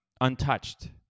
untouched